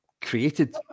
created